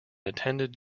attended